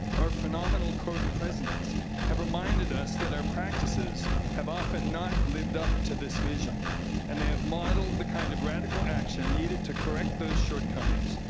our phenomenal co-presidents have remind ised and us that our practices have often not lived up to this vision and they have modeled the kind of radical action needed to correct those shortcomings,